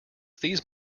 these